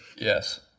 Yes